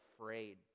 afraid